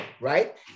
right